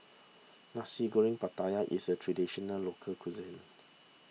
Nasi Goreng Pattaya is a Traditional Local Cuisine